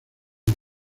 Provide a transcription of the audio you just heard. las